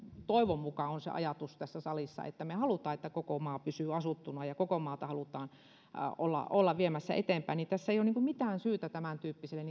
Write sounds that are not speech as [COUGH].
toivon mukaan on se ajatus tässä salissa että me haluamme että koko maa pysyy asuttuna ja koko maata halutaan olla viemässä eteenpäin niin tässä ei ole mitään syytä tämäntyyppiselle [UNINTELLIGIBLE]